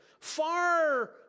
far